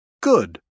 Good